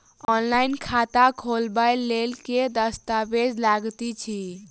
Online खाता खोलबय लेल केँ दस्तावेज लागति अछि?